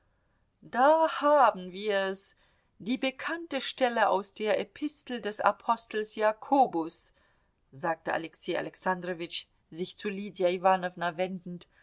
da haben wir's die bekannte stelle aus der epistel des apostels jakobus sagte alexei alexandrowitsch sich zu lydia iwanowna wendend